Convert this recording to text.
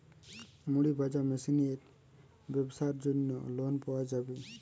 মুড়ি ভাজা মেশিনের ব্যাবসার জন্য লোন পাওয়া যাবে?